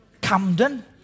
Camden